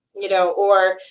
you know. or,